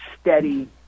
steady